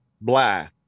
Blah